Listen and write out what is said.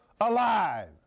alive